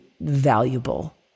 valuable